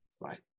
right